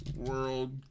World